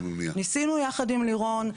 ניסינו יחד עם לירון,